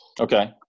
Okay